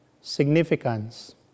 significance